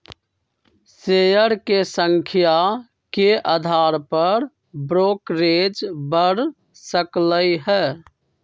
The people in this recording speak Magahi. शेयर के संख्या के अधार पर ब्रोकरेज बड़ सकलई ह